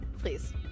Please